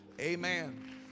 Amen